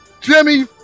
Jimmy